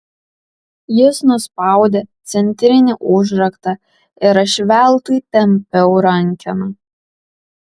jis nuspaudė centrinį užraktą ir aš veltui tampiau rankeną